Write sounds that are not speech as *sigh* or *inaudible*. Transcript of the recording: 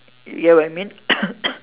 you get what I mean *coughs*